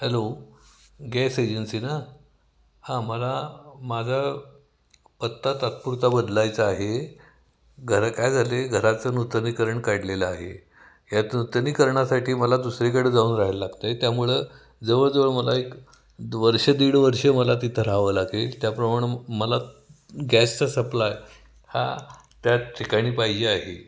hello gas agency ना हां मला माझा पत्ता तात्पुरता बदलायचा आहे घर काय झाले घराचं नूतनीकरण काढलेलं आहे या नूतनीकरण्यासाठी मला दुसरीकडे जाऊन राहायला लागत आहे त्यामुळं जवळजवळ मला एक द वर्ष दीड वर्ष मला तिथं राहावं लागेल त्याप्रमाण मला गॅसचा सप्लाय हा त्याच ठिकाणी पाहिजे आहे